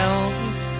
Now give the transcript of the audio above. Elvis